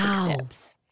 steps